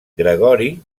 gregori